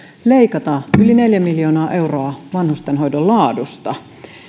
leikata yli neljä miljoonaa euroa vanhustenhoidon laadusta